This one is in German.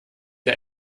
der